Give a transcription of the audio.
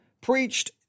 preached